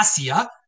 Asia